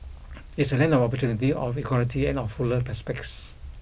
it's a land of opportunity of equality and of fuller prospects